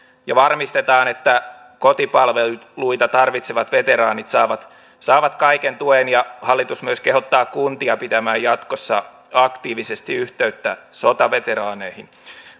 varmistetaan että kotipalveluita tarvitsevat veteraanit saavat saavat kaiken tuen ja hallitus myös kehottaa kuntia pitämään jatkossa aktiivisesti yhteyttä sotaveteraaneihin